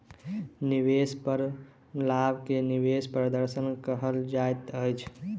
निवेश पर लाभ के निवेश प्रदर्शन कहल जाइत अछि